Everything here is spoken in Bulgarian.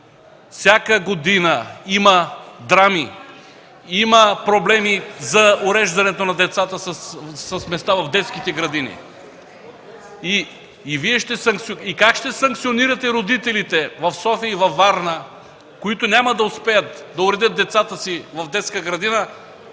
всяка година има драми, има проблеми за уреждането на децата с места в детските градини? И как ще санкционирате родителите в София и във Варна, които няма да успеят да уредят децата си в детска градина,